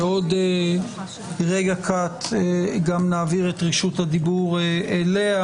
בעוד רגע קט גם נעביר את רשות הדיבור אליה,